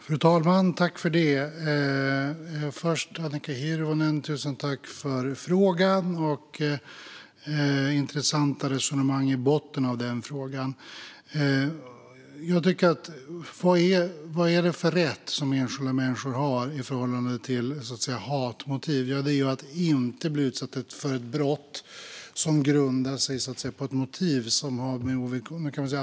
Fru talman! Tusen tack, Annika Hirvonen, för frågan! Det är intressanta resonemang i botten av den frågan. Vad är det för rätt som enskilda människor har i förhållande till hatmotiv? Ja, det är att inte bli utsatta för brott som grundar sig på ett sådant motiv.